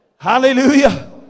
hallelujah